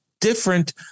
different